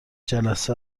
جلسه